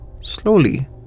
slowly